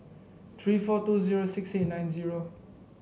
three four two zero six eight nine zero